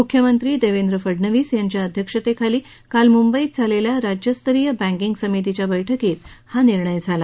मुख्यमंत्री देवेंद्र फडनवीस यांच्या अध्यक्षतेखाली काल मुंबईत झालेल्या राज्यस्तरीय बँकिंग समितीच्या बैठकीत हा निर्णय झाला